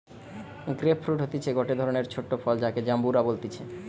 grape fruit হতিছে গটে ধরণের ছোট ফল যাকে জাম্বুরা বলতিছে